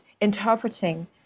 interpreting